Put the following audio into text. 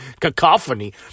cacophony